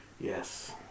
Yes